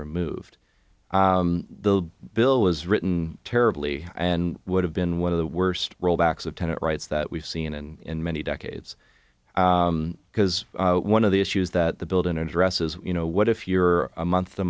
removed the bill is written terribly and would have been one of the worst rollbacks of tenant rights that we've seen and in many decades because one of the issues that the built in addresses you know what if you're a month